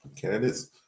candidates